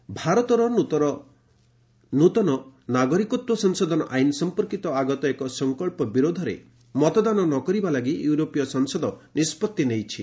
EU CAA ଭାରତର ନୂତନ ନାଗରିକତ୍ୱ ସଂଶୋଧନ ଆଇନ୍ ସମ୍ପର୍କୀତ ଆଗତ ଏକ ସଂକଳ୍ପ ବିରୋଧରେ ମତଦାନ ନକରିବା ଲାଗି ୟୁରୋପୀୟ ସଂସଦ ନିଷ୍କଉତ୍ତି ନେଇଛି